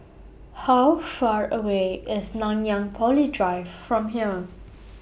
How Far away IS Nanyang Poly Drive from here